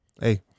hey